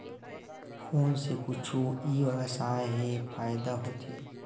Phone से कुछु ई व्यवसाय हे फ़ायदा होथे?